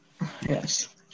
Yes